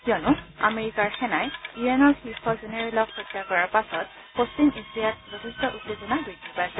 কিয়নো আমেৰিকাৰ সেনাই ইৰাণৰ শীৰ্ষ জেনেৰেলক হত্যা কৰাৰ পাছত পশ্চিম এছিয়াত যথেষ্ট উত্তেজনা বৃদ্ধি পাইছে